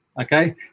Okay